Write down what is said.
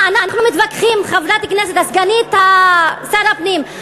חברת הכנסת סגנית שר הפנים,